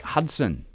Hudson